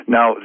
Now